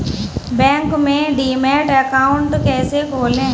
Bank में demat account कैसे खोलें?